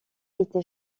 été